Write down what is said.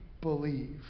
believe